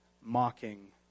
mocking